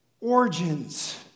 origins